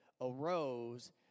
arose